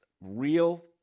real